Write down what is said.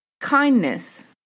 Kindness